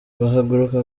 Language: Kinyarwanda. bahaguruka